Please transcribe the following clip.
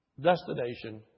destination